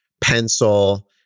pencil